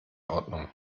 ordnung